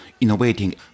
innovating